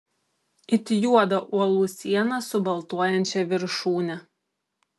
it juodą uolų sieną su baltuojančia viršūne